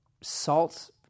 salt